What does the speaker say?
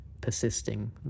persisting